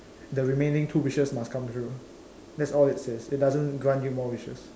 the remaining two wishes must come true that's all it says it doesn't grant you more wishes